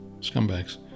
scumbags